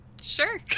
Sure